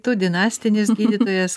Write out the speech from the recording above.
tu dinastinis gydytojas